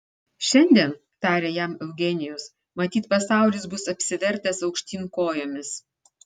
šiandien tarė jam eugenijus matyt pasaulis bus apsivertęs aukštyn kojomis